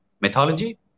mythology